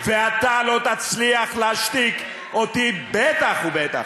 ואתה לא תצליח להשתיק אותי, בטח ובטח,